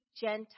Gentile